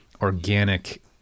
organic